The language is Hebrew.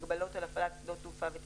(הגבלות על הפעלת שדות תעופה וטיסות),